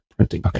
Okay